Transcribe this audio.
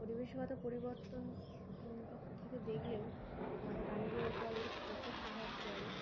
পরিবেশগত পরিবর্তন থেকে দেখলেও প্রাণীদের ওপর এর প্রচুর প্রভাব পড়ে